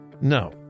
No